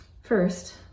First